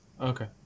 Okay